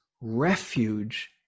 refuge